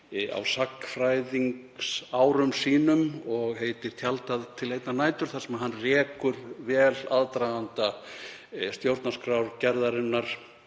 á sagnfræðingsárum sínum og heitir „Tjaldað til einnar nætur“, þar sem hann rekur vel aðdraganda stjórnarskrárgerðarinnar